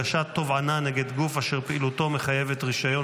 הגשת תובענה נגד גוף אשר פעילותו מחייבת רישיון),